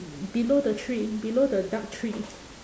below the tree below the dark tree